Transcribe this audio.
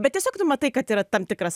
bet tiesiog tu matai kad yra tam tikras